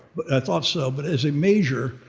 i thought so, but as a major,